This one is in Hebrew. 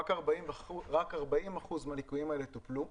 רק 40 אחוזים מהליקויים האלה טופלו.